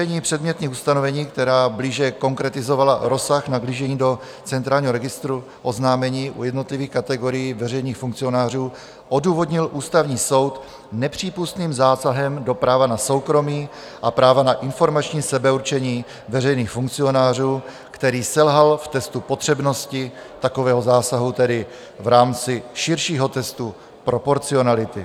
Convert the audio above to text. Zrušení předmětných ustanovení, která blíže konkretizovala rozsah nahlížení do centrálního registru oznámení u jednotlivých kategorií veřejných funkcionářů, odůvodnil Ústavní soud nepřípustným zásahem do práva na soukromí a práva na informační sebeurčení veřejných funkcionářů, který selhal v testu potřebnosti takového zásahu, tedy v rámci širšího testu proporcionality.